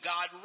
God